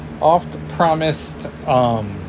oft-promised